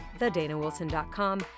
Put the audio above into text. thedanawilson.com